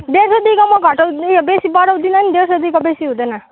डेढ सौदेखिको म घटाउँदिनँ बेसी बढाउँदिनँ नि डेढ सौदेखिको बेसी हुँदैन